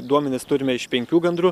duomenis turime iš penkių gandrų